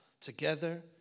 together